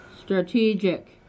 strategic